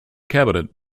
cabinet